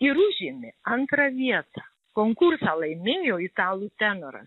ir užėmė antrą vietą konkursą laimėjo italų tenoras